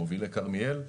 מובילי קרניאל,